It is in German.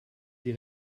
die